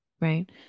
right